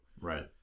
Right